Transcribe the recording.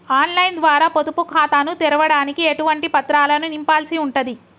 On line ద్వారా పొదుపు ఖాతాను తెరవడానికి ఎటువంటి పత్రాలను నింపాల్సి ఉంటది?